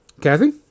Kathy